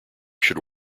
should